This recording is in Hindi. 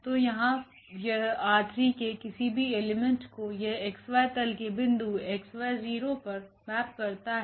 तो यहाँ यह ℝ3के किसी भी एलिमेंट को यह xy तल के बिन्दु 𝑥𝑦0 पर मैप करता है